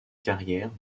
carrière